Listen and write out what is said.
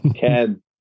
Ken